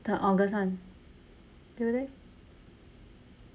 the august one 对不对